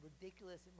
ridiculous